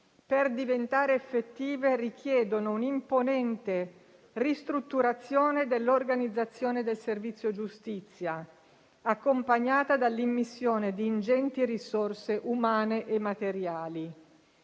per diventare effettive richiedono un'imponente ristrutturazione dell'organizzazione del servizio giustizia, accompagnata dall'immissione di ingenti risorse umane e materiali.